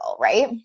Right